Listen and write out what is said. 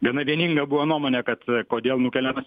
gana vieninga nebuvo nuomonė kad kodėl nukeliamas